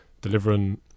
delivering